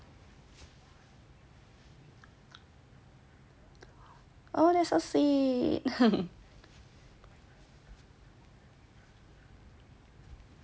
oh that is so sweet